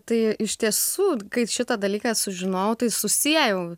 tai iš tiesų kai šitą dalyką sužinojau tai susiejau